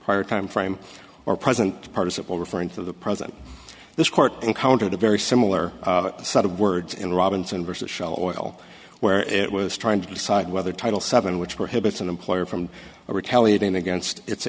prior time frame or present participle referring to the present this court encountered a very similar set of words in robinson versus shell oil where it was trying to decide whether title seven which were habits an employer from a retaliating against it